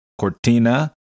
Cortina